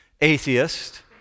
Atheist